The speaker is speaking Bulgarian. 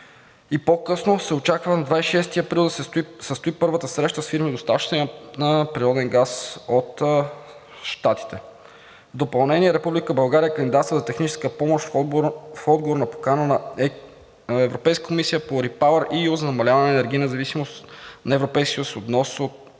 и по-късно се очаква – на 26 април, да се състои първата среща с фирми – доставчици на природен газ от Щатите. В допълнение Република България кандидатства за техническа помощ в отговор на покана на Европейската комисия по REPower за намаляване на енергийната зависимост на Европейския съюз